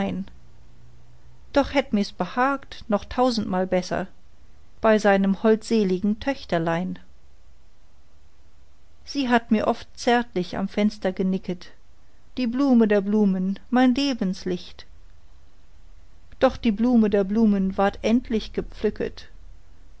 doch hätt mirs behagt noch tausendmal besser bei seinem holdseligen töchterlein sie hat mir oft zärtlich am fenster genicket die blume der blumen mein lebenslicht doch die blume der blumen ward endlich gepflücket